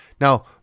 Now